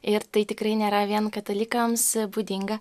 ir tai tikrai nėra vien katalikams būdinga